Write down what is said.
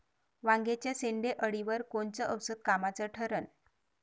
वांग्याच्या शेंडेअळीवर कोनचं औषध कामाचं ठरन?